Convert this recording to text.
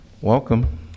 welcome